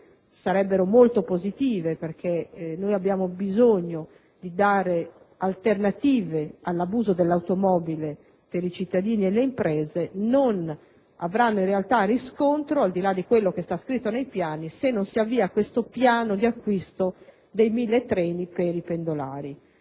sarebbero molto positive perché abbiamo bisogno di dare alternative all'abuso dell'automobile per i cittadini e le imprese, non avranno in realtà riscontro, al di là di ciò che sta scritto nei piani, se non si avvierà il piano di acquisto dei mille treni per i pendolari.